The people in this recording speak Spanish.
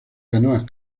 canoas